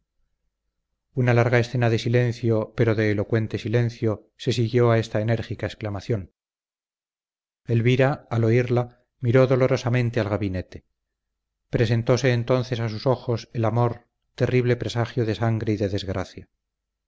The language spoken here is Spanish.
larga escena de silencio pero de elocuente silencio se siguió a esta enérgica exclamación elvira al oírla miró dolorosamente al gabinete presentóse entonces a sus ojos el amor terrible presagio de sangre y de desgracia